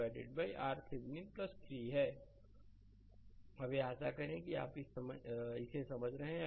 slide समय देखें 1910 अब यह आशा करें कि आप इसे समझ रहे हैं